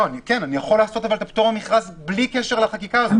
אני יכול לעשות פטור ממכרז בלי קשר לחקיקה הזאת,